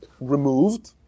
removed